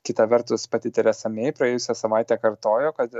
kita vertus pati teresa mei praėjusią savaitę kartojo kad